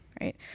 right